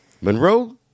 Monroe